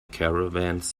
caravans